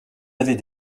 avez